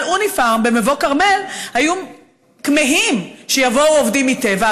אוניפארם במבוא כרמל היו כמהים שיבואו עובדים מטבע,